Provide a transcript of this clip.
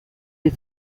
des